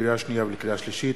לקריאה שנייה ולקריאה שלישית: